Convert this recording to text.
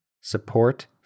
support